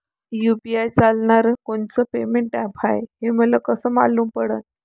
UPI चालणारं कोनचं payment app हाय, हे मले कस मालूम पडन?